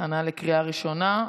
לקריאה ראשונה.